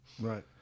Right